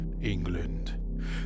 England